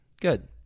good